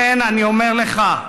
ולכן אני אומר לך: